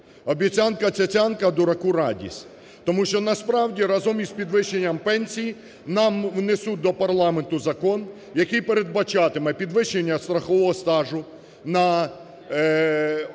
"Обіцянка-цяцянка, а дураку – радість". Тому що насправді разом із підвищенням пенсій нам внесуть до парламенту закон, який передбачатиме підвищення страхового стажу на право…